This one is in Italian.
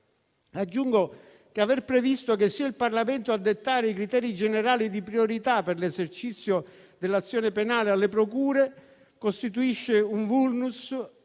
Aggiungo che aver previsto che sia il Parlamento a dettare i criteri generali di priorità per l'esercizio dell'azione penale alle procure costituisce un *vulnus*